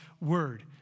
word